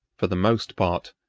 for the most part,